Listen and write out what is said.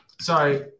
sorry